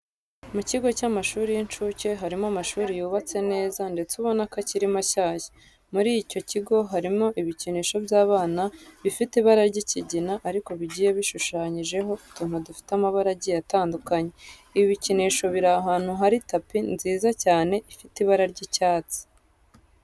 Mu kigo cy'amashuri y'inshuke harimo amashuri yubatse neza ndetse ubona ko akiri mashyashya. Muri icyo kigo harimo ibikinisho by'abana bifite ibara ry'ikigina ariko bigiye bishushanyijeho utuntu dufite amabara agiye atandukanye. Ibi bikinisho biri ahantu hari tapi nziza cyane ifite ibara ry'icyatsi.